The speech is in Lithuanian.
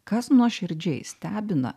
kas nuoširdžiai stebina